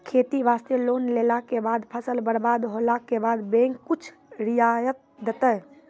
खेती वास्ते लोन लेला के बाद फसल बर्बाद होला के बाद बैंक कुछ रियायत देतै?